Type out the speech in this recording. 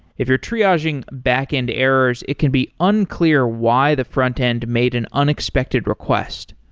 if you're triaging back end errors, it can be unclear why the front-end made an unexpected request.